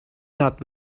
not